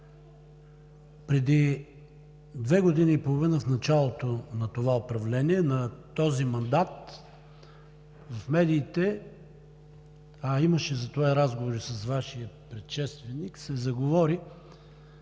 Преди две години и половина, в началото на това управление, на този мандат, в медиите, а имаше за това и разговори с Вашия предшественик, се заговори